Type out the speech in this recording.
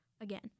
again